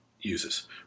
uses